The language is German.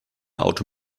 auto